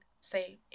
say